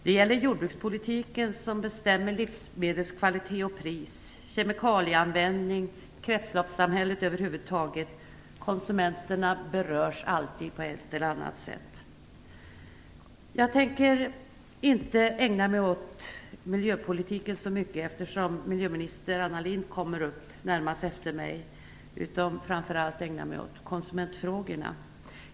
Det gäller jordbrukspolitiken som bestämmer livsmedelskvalitet och pris, kemikalieanvändningen och kretsloppssamhället över huvud taget. Konsumenterna berörs alltid på ett eller annat sätt. Jag tänker inte ägna mig så mycket åt miljöpolitiken, eftersom miljöminister Anna Lindh kommer upp i talarstolen närmast efter mig. Jag kommer i stället framför allt att ägna mig åt konsumentfrågorna.